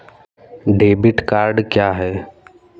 Debit card क्या है?